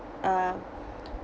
uh